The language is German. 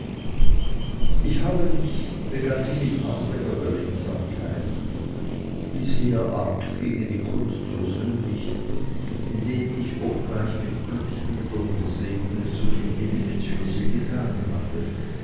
ich habe mich begann sie mit artiger beredsamkeit bisher arg gegen die kunst versündigt indem ich obgleich mit glücksgütern gesegnet soviel wie nichts für sie getan habe